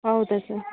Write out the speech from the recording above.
ಹೌದು ಸ